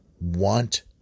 want